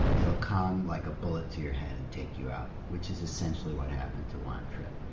it'll come like a bullet to your head and take you out, which is essentially what happened to juan trippe.